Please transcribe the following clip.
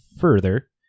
further